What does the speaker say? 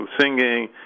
singing